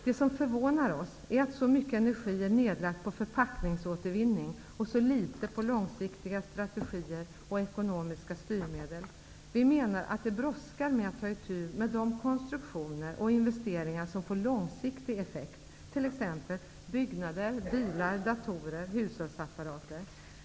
Det som förvånar oss är att så mycket energi är nedlagd på förpackningsåtervinning och så litet på långsiktiga strategier och ekomomiska styrmedel. Vi menar att det brådskar med att ta itu med de konstruktioner och investeringar som får långsiktig effekt, t.ex. byggnader, bilar, datorer och hushållsapparater.